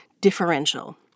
differential